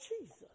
Jesus